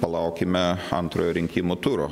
palaukime antrojo rinkimų turo